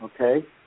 okay